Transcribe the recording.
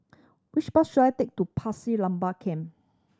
which bus should I take to Pasir Laba Camp